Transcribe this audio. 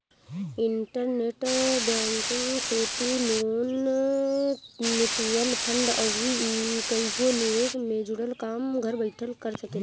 internet banking से तू loan, mutual fund अउरी कईगो निवेश से जुड़ल काम घर बैठल कर सकेला